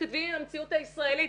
מתקדמים עם המציאות הישראלית.